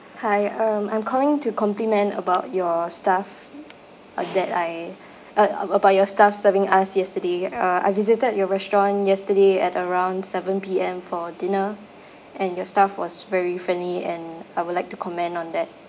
hi um I'm calling to compliment about your staff uh that I uh about your staff serving us yesterday uh I visited your restaurant yesterday at around seven P_M for dinner and your staff was very friendly and I would like to comment on that